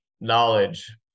knowledge